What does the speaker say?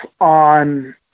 on